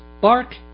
bark